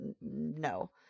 no